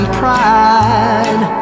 pride